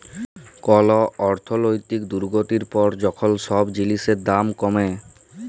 call অর্থলৈতিক দুর্গতির পর যখল ছব জিলিসের দাম কমে